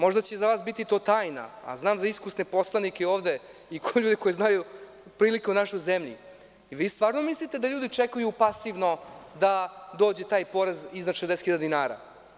Možda će za vas to biti tajna, a znam za iskusne poslanike ovde i ljude koji znaju prilike u našoj zemlji, vi stvarno mislite da ljudi čekaju pasivno da dođe taj porez iznad 60.000 dinara.